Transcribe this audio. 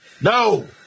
No